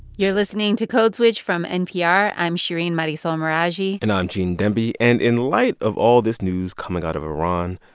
you're listening to code switch from npr. i'm shereen marisol meraji and i'm gene demby. and in light of all this news coming out of iran,